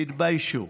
תתביישו.